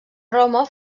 roma